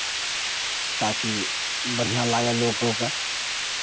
ताकि बढ़िआँ लागय लोकोकेँ